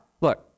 look